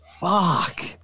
Fuck